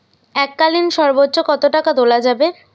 এককালীন সর্বোচ্চ কত টাকা তোলা যাবে?